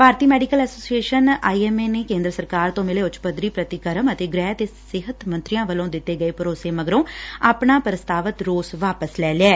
Bharatiya medical association I M A ਨੇ ਕੇਦਰ ਸਰਕਾਰ ਤੋ ਮਿਲੇ ਉੱਚ ਪੱਧਰੀ ਪ੍ਰਤੀਕਰਮ ਅਤੇ ਗੁਹਿ ਤੇ ਸਿਹਤ ਮੰਤਰੀਆਂ ਵੱਲੋਂ ਦਿੱਤੇ ਗਏ ਭਰੋਸੇ ਮਗਰੋਂ ਆਪਣਾ ਪ੍ਰਸਤਾਵਤ ਰੋਸ ਵਾਪਸ ਲੈ ਲਿਐ